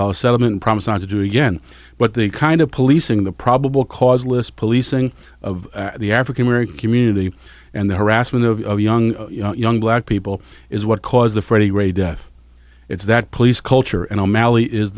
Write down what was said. dollars settlement promising to do it again but the kind of policing the probable cause list policing of the african american community and the harassment of young young black people is what caused the freddy ray death it's that police culture